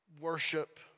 worship